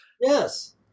Yes